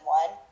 one